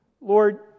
Lord